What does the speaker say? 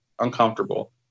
Uncomfortable